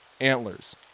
Antlers